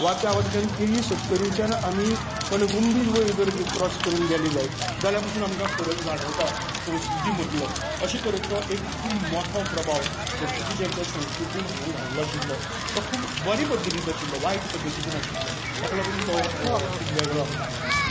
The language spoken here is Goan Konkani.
वा त्या वाटच्यान केरी सत्तरीच्यान आमी कणकुंबी वयर जर ती क्रॉस करून गेले जायत जाल्यार पसून आमकां फरक जाणवता संस्कृती मदलो अशे तरेचो एक खूब मोठो प्रभाव पुर्तूगीजांच्या संस्कृतीन हांगा घाल्लो आशिल्लो तो खूब बरे पद्दतीचो आशिल्लो वायट पद्दतीचो नाशिल्लो ताका लागून तो खूब वेगळो आमकां हांगा दिसता